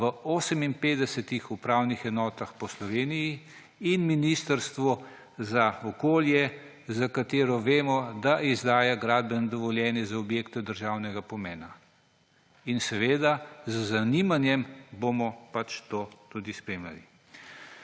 v 58 upravnih enotah po Sloveniji in ministrstvu za okolje, za katerega vemo, da izdaja gradbena dovoljenja za objekte državnega pomena. In z zanimanjem bomo to seveda tudi spremljali.